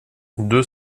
deux